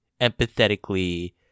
empathetically